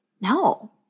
No